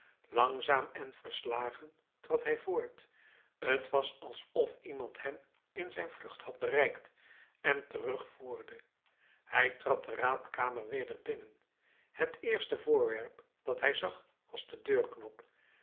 langzaam en verslagen trad hij voort t was alsof iemand hem in zijn vlucht had bereikt en terugvoerde hij trad de raadkamer weder binnen het eerste voorwerp dat hij zag was de deurknop